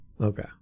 Okay